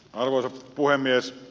arvoisa puhemies